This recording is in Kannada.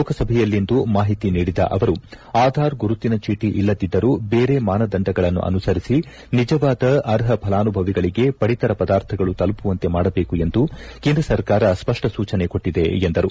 ಲೋಕಸಭೆಯಲ್ಲಿಂದು ಮಾಹಿತಿ ನೀಡಿದ ಅವರು ಆಧಾರ್ ಗುರುತಿನ ಚೀಟಿ ಇಲ್ಲದಿದ್ದರೂ ಬೇರೆ ಮಾನದಂಡಗಳನ್ನು ಅನುಸರಿಸಿ ನಿಜವಾದ ಅರ್ಹ ಫಲಾನುಭವಿಗಳಿಗೆ ಪಡಿತರ ಪದಾರ್ಥಗಳು ತಲುಮವಂತೆ ಮಾಡಬೇಕು ಎಂದು ಕೇಂದ್ರ ಸರ್ಕಾರ ಸ್ಪಷ್ಟ ಸೂಚನೆ ಕೊಟ್ಟಿದೆ ಎಂದರು